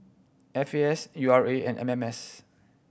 F A S U R A and M M S